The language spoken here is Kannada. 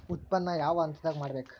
ಉತ್ಪನ್ನ ಯಾವ ಹಂತದಾಗ ಮಾಡ್ಬೇಕ್?